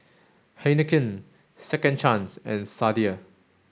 Heinekein Second Chance and Sadia